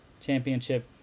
Championship